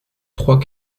trois